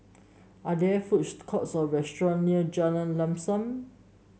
are there food courts or restaurant near Jalan Lam Sam